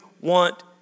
want